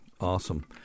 Awesome